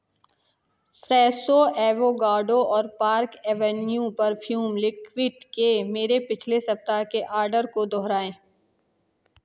Fresho avocado और Park Avenue perfume liquid के मेरे पिछले सप्ताह के आर्डर को दोहराएँ